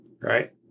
Right